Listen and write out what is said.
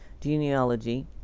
genealogy